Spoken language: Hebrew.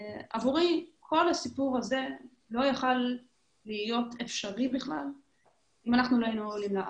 עבורי כל הסיפור הזה לא היה יכול אפשרי אם לא היינו עולים לארץ.